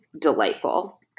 delightful